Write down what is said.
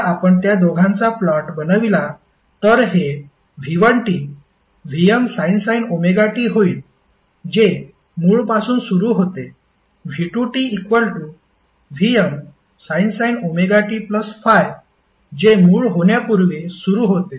जर आपण त्या दोघांचा प्लॉट बनविला तर हे v1t Vmsin ωt होईल जे मूळपासून सुरू होते v2tVmsin ωt∅ जे मूळ होण्यापूर्वी सुरू होते